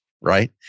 right